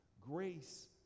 grace